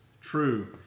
true